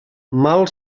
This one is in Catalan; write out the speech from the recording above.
mal